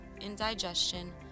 indigestion